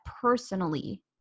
personally